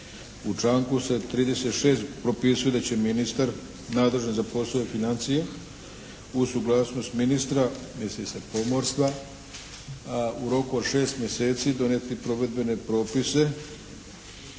U članku se 36. propisuje da će ministar nadležan za poslove financija uz suglasnost ministra, misli se pomorstva, u roku od 6 mjeseci donijeti provedbene propise